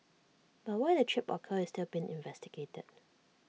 but why the trip occurred is still being investigated